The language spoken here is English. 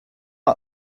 not